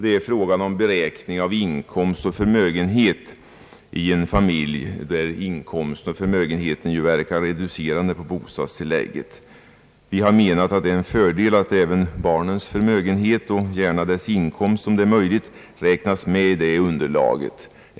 Det gäller beräkning av inkomst och förmögenhet i en familj, där in komsten och förmögenheten verkar reducerande på bostadstillägget. Vi har menat att det är en fördel att även barnens förmögenhet och om möjligt även gärna deras inkomst räknas med i underlaget.